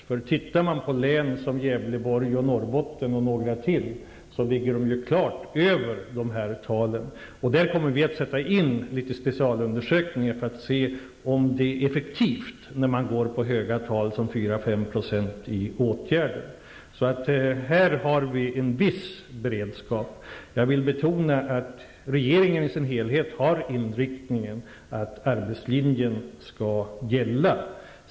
Om man tittar på län som Gävleborgs län, Norrbottens län och några till ligger man där klart över dessa tal, och där kommer vi att sätta in litet specialundersökningar för att se om det är effektivt med så höga tal som 4--5 % i åtgärder. Här har vi en viss beredskap. Jag vill betona att regeringen i sin helhet har inriktningen att arbetslinjen skall gälla.